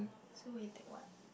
so he take what